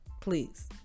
please